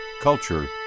culture